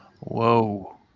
Whoa